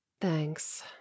thanks